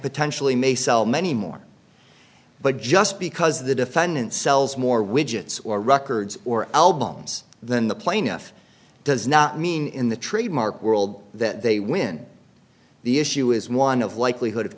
potentially may sell many more but just because the defendant sells more widgets or records or albums than the plaintiff does not mean in the trademark world that they when the issue is one of likelihood of